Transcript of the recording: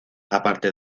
aparte